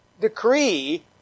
decree